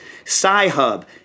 Sci-Hub